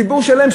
ציבור שלם,